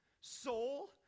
soul